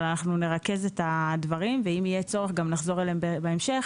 אבל אנחנו נרכז את הדברים ואם יהיה צורך גם נחזור אליהם בעתיד.